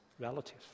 relative